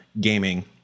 gaming